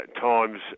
times